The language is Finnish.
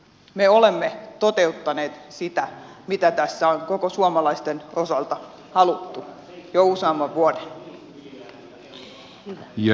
me olemme toteuttaneet sitä mitä tässä on koko suomalaisten osalta haluttu jo useamman vuoden